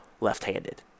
left-handed